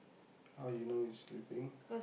how you know it's sleeping